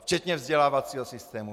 Včetně vzdělávacího systému.